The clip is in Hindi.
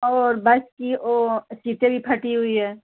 और बस की वह सीटें भी फटी हुई है